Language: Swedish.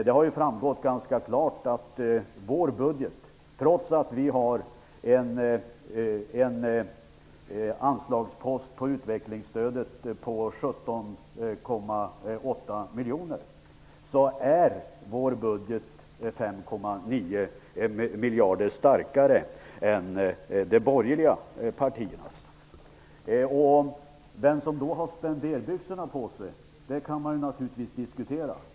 Det har ju framgått ganska klart att vår budget, trots att vi har en anslagspost beträffande utvecklingsstödet på 17,8 miljoner kronor, är 5,9 miljarder kronor starkare än de borgerliga partiernas. Vem som då har spenderbyxorna på sig kan man naturligtvis diskutera.